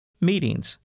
meetings